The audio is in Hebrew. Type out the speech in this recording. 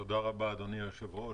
תודה רבה אדוני היושב ראש.